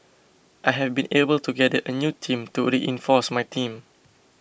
I have been able to gather a new team to reinforce my team